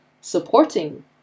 supporting